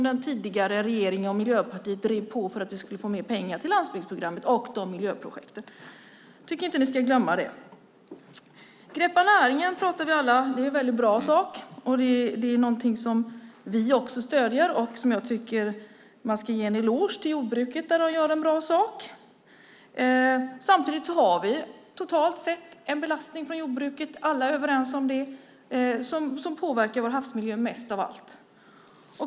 Den tidigare regeringen och Miljöpartiet drev på för att få mer pengar till landsbygdsprogrammet och miljöprojekten. Ni ska inte glömma det. Vi pratar alla om projektet Greppa näringen. Det är en bra sak. Det är något som vi också stöder, och jordbruket ska få en eloge för en bra sak. Samtidigt är alla överens om att det finns en belastning totalt sett från jordbruket som påverkar vår havsmiljö mest av allt.